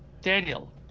Daniel